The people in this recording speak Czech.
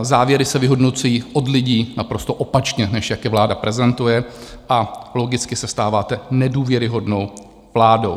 Závěry se vyhodnocují od lidí naprosto opačně, než jak je vláda prezentuje, a logicky se stáváte nedůvěryhodnou vládou.